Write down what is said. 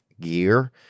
gear